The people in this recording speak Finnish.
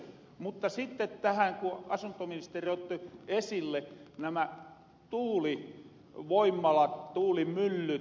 mutta sitten tähän kun asuntoministeri otti esille nämä tuulivoimalat tuulimyllyt